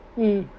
mm